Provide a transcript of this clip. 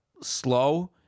slow